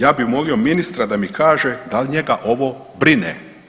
Ja bi molio ministra da mi kaže da li njega ovo brine.